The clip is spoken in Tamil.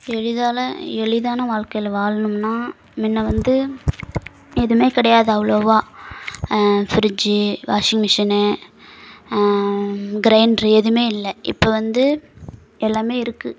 எளிதான எளிதான வாழ்க்கையில் வாழணும்னால் முன்ன வந்து எதுவுமே கிடையாது அவ்வளோவாக ஃபிரிட்ஜி வாஷிங் மிஷினு கிரைண்டரு எதுவுமே இல்லை இப்போ வந்து எல்லாமே இருக்குது